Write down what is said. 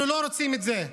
אנחנו לא רוצים את זה.